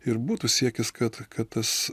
ir būtų siekis kad kad tas